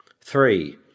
Three